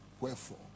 wherefore